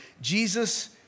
Jesus